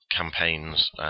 campaigns